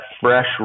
fresh